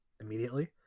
immediately